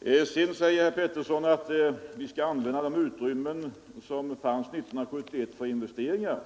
Vidare säger herr Pettersson att vi skall använda de utrymmen som fanns 1971 för investeringar.